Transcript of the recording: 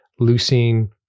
leucine